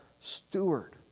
steward